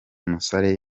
musare